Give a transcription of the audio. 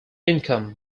income